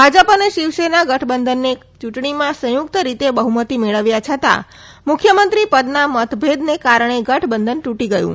ભાજપ અને શિવસેના ગઠબંધનને ચૂંટણીમાં સંયુક્ત રીતે બહુમતી મેળવ્યા છતાં મુખ્યમંત્રી પદના મતભેદને કારણે ગઠબંધન તૂટી ગયું